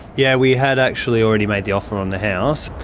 yeah, we had actually already made the offer on the house.